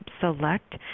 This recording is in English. select